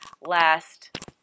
last